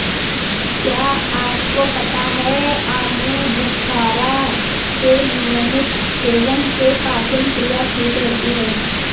क्या आपको पता है आलूबुखारा के नियमित सेवन से पाचन क्रिया ठीक रहती है?